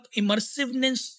immersiveness